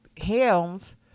helms